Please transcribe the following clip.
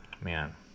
Man